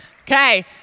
Okay